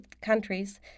countries